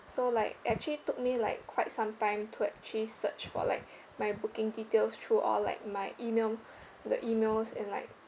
so like actually took me like quite some time to actually search for like my booking details through all like my email the emails and like